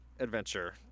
adventure